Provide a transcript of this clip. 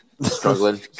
Struggling